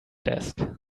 desk